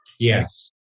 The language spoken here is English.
Yes